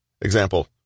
Example